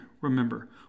remember